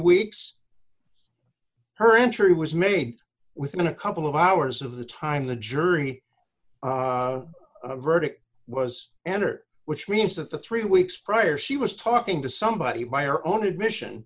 weeks her entry was made within a couple of hours of the time the jury verdict was entered which means that the three weeks prior she was talking to somebody by your own admission